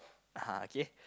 ah okay